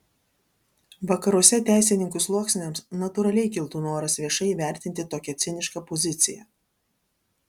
vakaruose teisininkų sluoksniams natūraliai kiltų noras viešai įvertinti tokią cinišką poziciją